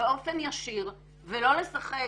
באופן ישיר ולא לשחק